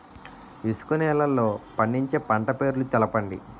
ఇసుక నేలల్లో పండించే పంట పేర్లు తెలపండి?